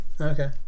okay